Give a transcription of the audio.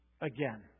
again